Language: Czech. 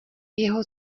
jeho